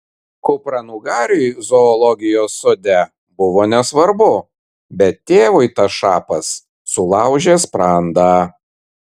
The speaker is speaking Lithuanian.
kupranugariui zoologijos sode buvo nesvarbu bet tėvui tas šapas sulaužė sprandą